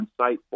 insightful